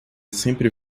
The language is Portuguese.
sempre